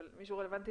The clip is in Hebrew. אבל מישהו רלוונטי